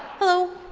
hello.